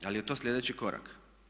Da li je to sljedeći korak?